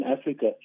Africa